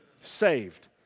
saved